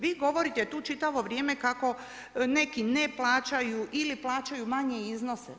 Vi govorite tu čitavo vrijeme kako neki ne plaćaju ili plaćaju manje iznose.